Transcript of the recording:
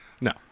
No